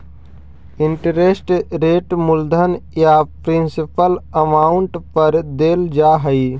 interest rate मूलधन या principal amount पर देल जा हई